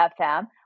FM